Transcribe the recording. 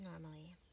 normally